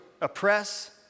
oppress